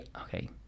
Okay